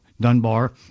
dunbar